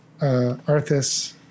Arthas